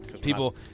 People